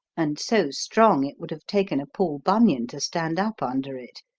and so strong it would have taken a paul bunyan to stand up under it.